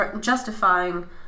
justifying